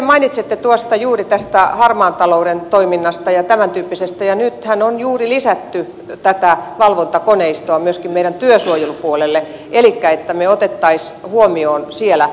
sitten mainitsitte juuri tästä harmaasta taloudesta ja tämäntyyppisestä toiminnasta ja nythän on juuri lisätty tätä valvontakoneistoa myöskin meidän työsuojelupuolelle elikkä että me ottaisimme sen huomioon siellä